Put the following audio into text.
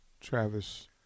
Travis